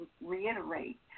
reiterate